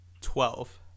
Twelve